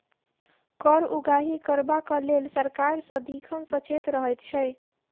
कर उगाही करबाक लेल सरकार सदिखन सचेत रहैत छै